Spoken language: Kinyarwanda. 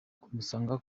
kumusanga